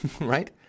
right